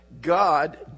god